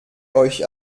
euch